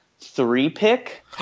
three-pick